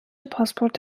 پاسپورت